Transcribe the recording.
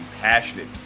passionate